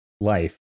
life